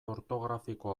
ortografiko